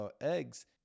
eggs